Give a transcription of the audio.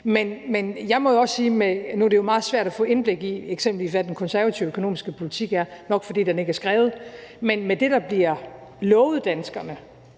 kan blive enige om. Nu er det jo meget svært at få indblik i, hvad eksempelvis den konservative økonomiske politik er – nok fordi den ikke er nedskrevet – men med det, der bliver lovet danskerne